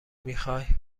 میخوای